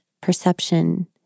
perception